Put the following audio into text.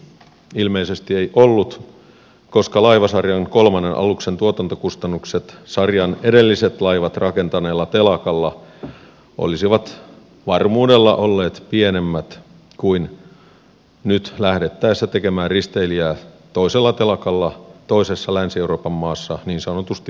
ilmeisesti ei ollut koska laivasarjan kolmannen aluksen tuotantokustannukset sarjan edelliset laivat rakentaneella telakalla olisivat varmuudella olleet pienemmät kuin nyt lähdettäessä tekemään risteilijää toisella telakalla toisessa länsi euroopan maassa niin sanotusti puhtaalta pöydältä